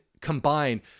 combine